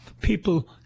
people